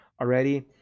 already